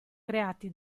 creati